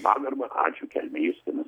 pagarbą ačiū kelmė justinas